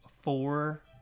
Four